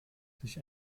sich